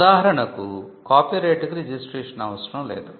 ఉదాహరణకు కాపీరైట్ కు రిజిస్ట్రేషన్ అవసరం లేదు